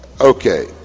Okay